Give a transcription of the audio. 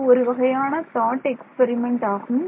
இது ஒருவகையான thought experiment ஆகும்